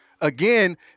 again